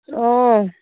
অঁ